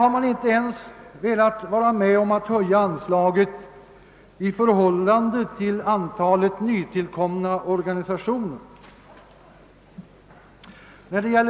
Man vill inte ens vara med om att höja anslaget i förhållande till antalet nytillkomna organisationer.